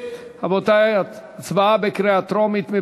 רבותי, הצבעה בקריאה טרומית.